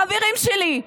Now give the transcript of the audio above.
חברים שלי,